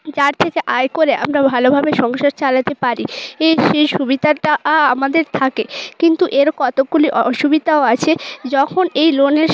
যার থেকে আয় করে আমরা ভালোভাবে সংসার চালাতে পারি সেই সুবিধাটা আমাদের থাকে কিন্তু এর কতকগুলি অসুবিধাও আছে যখন এই লোনের